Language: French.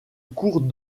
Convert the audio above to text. cours